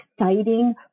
exciting